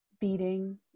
beating